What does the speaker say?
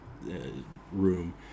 room